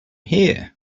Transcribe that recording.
here